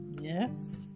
Yes